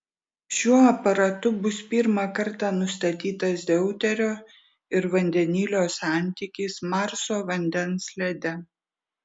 šiuo aparatu bus pirmą kartą nustatytas deuterio ir vandenilio santykis marso vandens lede